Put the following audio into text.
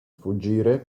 fuggire